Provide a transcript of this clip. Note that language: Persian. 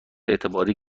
اعتباری